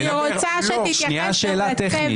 אני רוצה להתייחס לסדר.